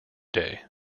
day